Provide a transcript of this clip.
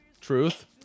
Truth